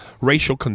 racial